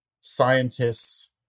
scientists